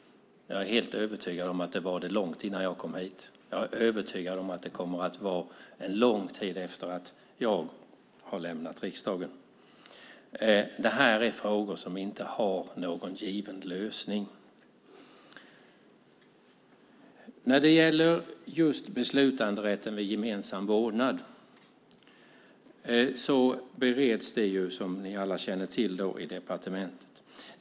Jag är helt övertygad om att det var det också långt innan jag kom hit och att det kommer att vara det en lång tid efter att jag har lämnat riksdagen. Det här är frågor som inte har någon given lösning. Frågan om beslutanderätten vid gemensam vårdnad bereds, som ni alla känner till, i departementet.